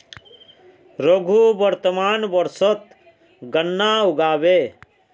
रघु वर्तमान वर्षत गन्ना उगाबे